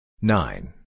Nine